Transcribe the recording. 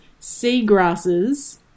seagrasses